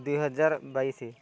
ଦୁଇହଜାର ବାଇଶ